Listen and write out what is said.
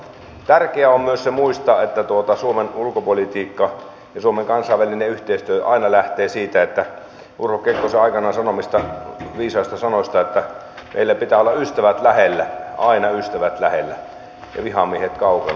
tärkeää on myös se muistaa että suomen ulkopolitiikka ja suomen kansainvälinen yhteistyö lähtee aina niistä urho kekkosen aikanaan sanomista viisaista sanoista että meillä pitää olla ystävät lähellä aina ystävät lähellä ja vihamiehet kaukana